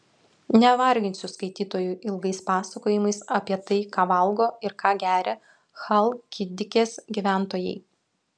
nevarginsiu skaitytojų ilgais pasakojimais apie tai ką valgo ir ką geria chalkidikės gyventojai